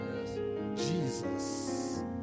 Jesus